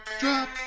Drop